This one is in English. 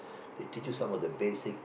they teach you some of the basic